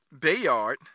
Bayard